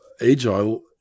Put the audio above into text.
Agile